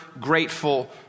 grateful